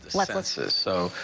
lets lets us so.